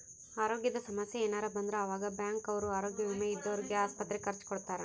ಅರೋಗ್ಯದ ಸಮಸ್ಸೆ ಯೆನರ ಬಂದ್ರ ಆವಾಗ ಬ್ಯಾಂಕ್ ಅವ್ರು ಆರೋಗ್ಯ ವಿಮೆ ಇದ್ದೊರ್ಗೆ ಆಸ್ಪತ್ರೆ ಖರ್ಚ ಕೊಡ್ತಾರ